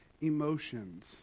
emotions